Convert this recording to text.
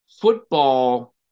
football